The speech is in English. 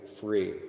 free